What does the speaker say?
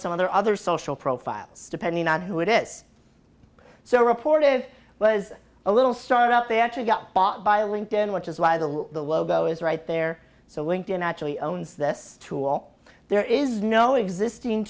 some of their other social profiles depending on who it is so reported was a little start up they actually got bought by a linked in which is why the logo is right there so linked in actually owns this tool there is no existing